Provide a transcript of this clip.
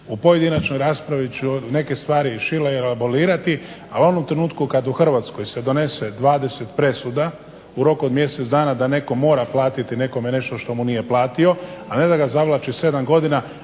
U pojedinačnoj raspravi ću neke stvari i šire elaborirati, a u onom trenutku kad u Hrvatskoj se donese 20 presuda u roku od mjesec dana da netko mora platiti nekome nešto što mu nije platio, a ne da ga zavlači 7 godina.